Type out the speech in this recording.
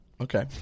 Okay